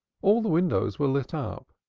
all the windows were lit up.